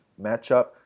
matchup